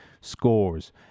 scores